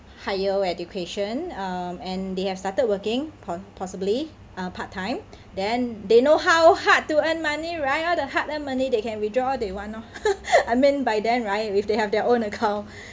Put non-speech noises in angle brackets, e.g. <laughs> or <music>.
higher education uh they have started working po~ possibly a part time then they know how hard to earn money right all the hard earned money they can withdraw all they want lor <laughs> I mean by then right with they have their own account